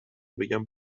بگم